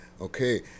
Okay